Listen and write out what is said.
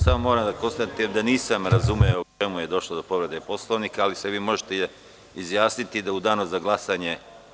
Samo moram da konstatujem da nisam razumeo u čemu je došlo do povrede Poslovnika, ali se vi možete izjasniti da u danu za glasanje.